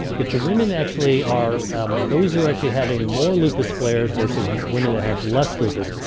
if the women actually are those who are actually having more lupus flares versus women that have less lupus.